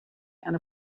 and